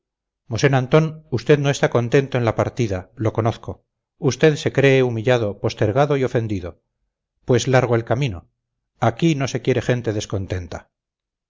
mosén antón usted no está contento en la partida lo conozco usted se cree humillado postergado y ofendido pues largo el camino aquí no se quiere gente descontenta